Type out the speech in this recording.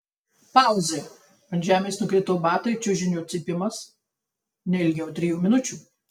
pauzė ant žemės nukrito batai čiužinio cypimas ne ilgiau trijų minučių